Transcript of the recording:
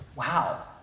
Wow